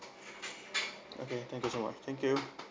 okay thank you so much thank you